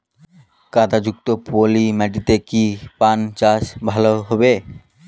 কাদা যুক্ত পলি মাটিতে কি পান চাষ ভালো হবে?